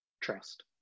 trust